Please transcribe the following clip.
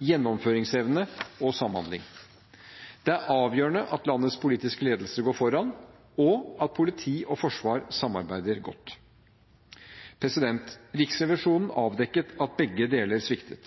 gjennomføringsevne og samhandling. Det er avgjørende at landets politiske ledelse går foran, og at politiet og Forsvaret samarbeider godt. Riksrevisjonen har avdekket at begge deler sviktet.